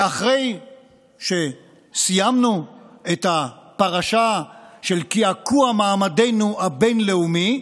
ואחרי שסיימנו את הפרשה של קעקוע מעמדנו הבין-לאומי,